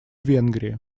венгрии